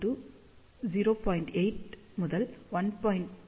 8 முதல் 1